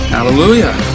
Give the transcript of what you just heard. Hallelujah